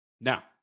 Now